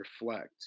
reflect